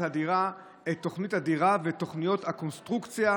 הדירה את תוכנית הדירה ואת תוכניות הקונסטרוקציה,